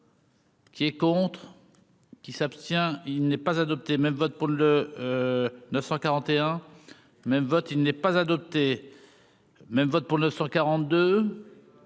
Qui est contre. Qui s'abstient, il n'est pas adopté même vote pour le 941 même vote il n'est pas adopté même vote pour 942